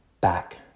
back